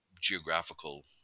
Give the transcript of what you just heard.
geographical